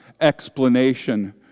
explanation